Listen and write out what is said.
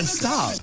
stop